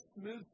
smooth